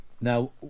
Now